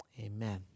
Amen